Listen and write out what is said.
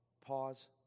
pause